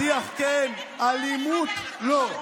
שיח, כן, אלימות, לא.